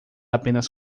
apenas